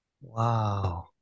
Wow